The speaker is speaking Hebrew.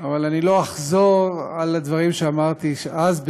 אבל אני לא אחזור על הדברים שאמרתי אז,